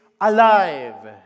alive